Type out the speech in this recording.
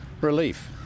Relief